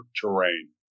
terrain